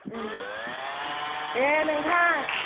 दे नोंथां